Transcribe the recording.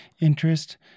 interest